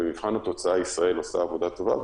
במבחן התוצאה ישראל עושה עבודה טובה,